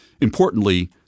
Importantly